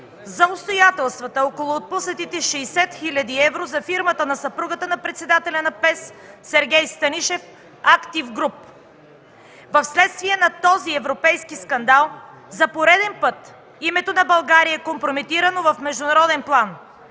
за обстоятелствата около отпуснатите 60 хил. евро за фирмата на съпругата на председателя на ПЕС Сергей Станишев „Актив груп”. Вследствие на този европейски скандал за пореден път името на България е компрометирано в международен план,